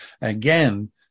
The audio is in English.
Again